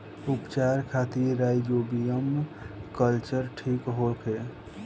उपचार खातिर rhizobium culture ठीक होखे?